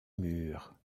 murs